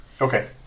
Okay